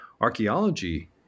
archaeology